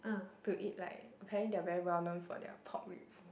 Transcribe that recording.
to eat like apparently they're very well known for their pork ribs